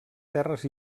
terres